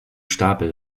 stapel